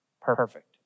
perfect